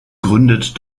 gründet